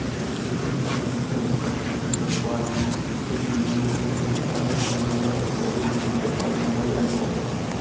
खेती किसानी के करब म काहेच के पइसा खुवार होथे एक बेमारी ल कोनो परकार ले सिरोय बर करबे दूसर परकार के बीमारी लग जाथे